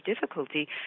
difficulty